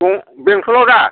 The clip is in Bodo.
बेंथलाव दा